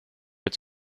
its